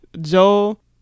Joel